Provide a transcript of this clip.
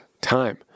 time